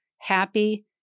happy